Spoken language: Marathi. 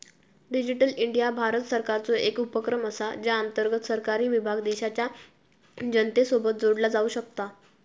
डिजीटल इंडिया भारत सरकारचो एक उपक्रम असा ज्या अंतर्गत सरकारी विभाग देशाच्या जनतेसोबत जोडला जाऊ शकता